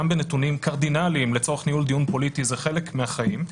בנתונים קרדינליים לצורך ניהול דיון פוליטי זה חלק מהחיים,